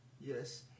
Yes